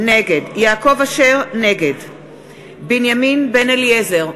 נגד בנימין בן-אליעזר,